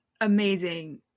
amazing